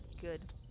good